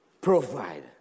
provide